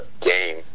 game